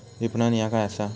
विपणन ह्या काय असा?